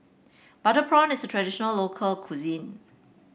Butter Prawn is a traditional local cuisine